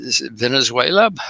Venezuela